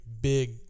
big